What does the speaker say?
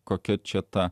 kokia čia ta